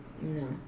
No